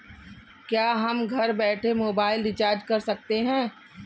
क्या हम घर बैठे मोबाइल रिचार्ज कर सकते हैं?